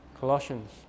Colossians